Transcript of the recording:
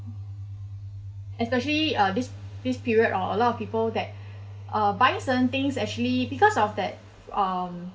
especially uh this this period uh a lot of people that uh buying certain things actually because of that um